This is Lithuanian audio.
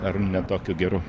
ar ne tokiu geru